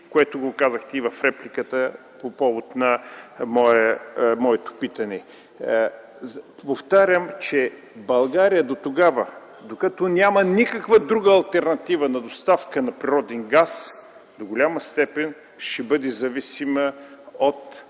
което казахте в репликата по повод на моето питане. Повтарям, че докато България няма никаква друга алтернатива на доставка на природен газ, до голяма степен ще бъде зависима от